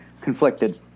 conflicted